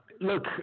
Look